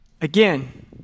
Again